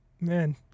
man